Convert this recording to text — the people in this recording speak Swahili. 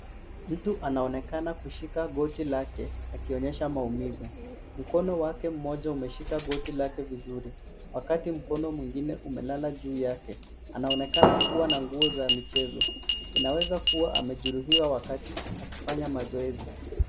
Mtu anaonekana kushika goti lake akionyesha maumivu. Mkono wake mmoja umeshika goti lake vizuri wakati mkono mwingine umelala juu yake. Anaonekana kuwa na nguo za michezo. Inaweza kuwa amejeruhiwa wakati akifanya mazoezi.